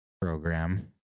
program